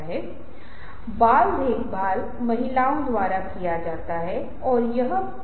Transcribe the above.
तो यह एक ऐसी चीज़ है जिसे आपको अपने लिए लागू करना चाहिए और उदाहरण यहाँ दिए गए हैं